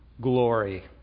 glory